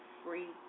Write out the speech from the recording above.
free